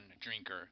drinker